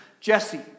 Jesse